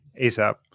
ASAP